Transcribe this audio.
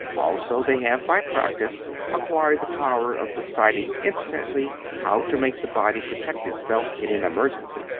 also they have by practice acquired the power of deciding instantly how to make the body protect itself in an emergency.